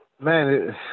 man